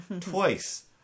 twice